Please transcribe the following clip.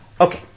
Okay